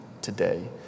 today